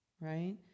right